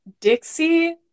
Dixie